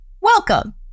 welcome